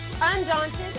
undaunted